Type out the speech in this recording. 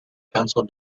council